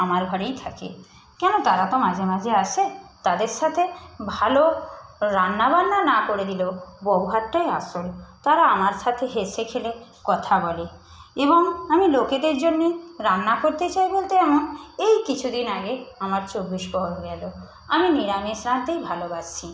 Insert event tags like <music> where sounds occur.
আমার ঘরেই থাকে কেন তারা তো মাঝেমাঝে আসে তাদের সাথে ভালো রান্নাবান্না না করে দিলেও ব্যবহারটাই আসল তারা আমার সাথে হেসে খেলে কথা বলে এবং আমি লোকেদের জন্যে রান্না করতে চাই বলতে আমার এই কিছুদিন আগে আমার <unintelligible> এলো আমি নিরামিষ রাঁধতেই ভালোবাসি